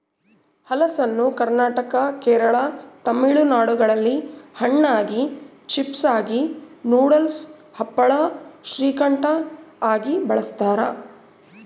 ಹಲಸನ್ನು ಕರ್ನಾಟಕ ಕೇರಳ ತಮಿಳುನಾಡುಗಳಲ್ಲಿ ಹಣ್ಣಾಗಿ, ಚಿಪ್ಸಾಗಿ, ನೂಡಲ್ಸ್, ಹಪ್ಪಳ, ಶ್ರೀಕಂಠ ಆಗಿ ಬಳಸ್ತಾರ